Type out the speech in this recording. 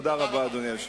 תודה רבה, אדוני היושב-ראש.